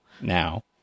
Now